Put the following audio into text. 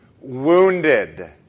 wounded